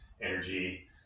energy